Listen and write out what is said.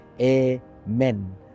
amen